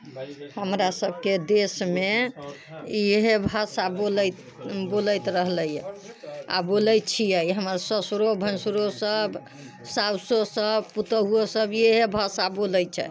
हमरा सबके देशमे इहे भाषा बोलैत बोलैत रहलैया आ बोलैत छियै हमरा ससुरो भैंसुरो सब साउसो सब पुतहुओ सब इहे भाषा बोलैत छै